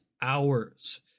hours